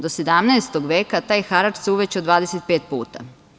Do 17. veka taj harač se uvećao 25 puta.